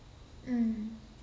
mm